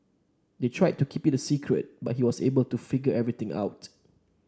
they tried to keep it a secret but he was able to figure everything out